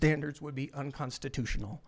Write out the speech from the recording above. standards would be unconstitutional